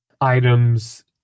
items